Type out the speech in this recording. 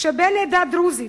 כשבן העדה הדרוזית,